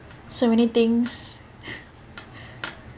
so many things